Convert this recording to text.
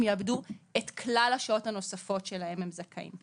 יאבדו את כלל השעות הנוספות שלהן הם זכאים .